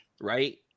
right